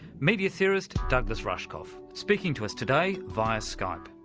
media theorist, douglas rushkoff, speaking to us today via skype.